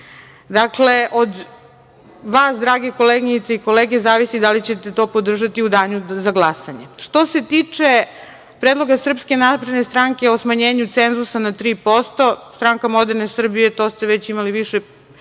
Dakle, od vas drage koleginice i kolege zavisi da li ćete to podržati u danu za glasanje. Što se tiče predloga SNS o smanjenju cenzusa na 3%, Stranka moderne Srbije, to ste već imali više